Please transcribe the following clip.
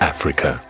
Africa